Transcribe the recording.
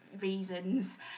reasons